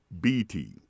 BT